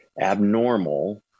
abnormal